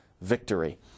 victory